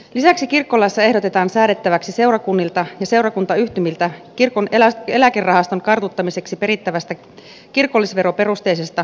lisäksi kirkkolaissa ehdotetaan säädettäväksi seurakunnilta ja seurakuntayhtymiltä kirkon eläkerahaston kartuttamiseksi perittävästä kirkollisveroperusteisesta eläkerahastomaksusta